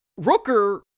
Rooker